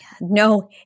No